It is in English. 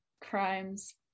crimes